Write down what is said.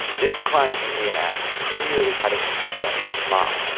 this crying indian ad clearly had an impact on laine's mom,